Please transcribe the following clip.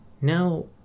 Now